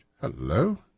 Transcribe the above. Hello